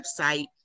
website